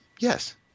Yes